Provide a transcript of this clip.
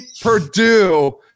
Purdue